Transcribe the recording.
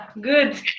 Good